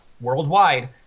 worldwide